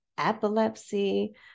Epilepsy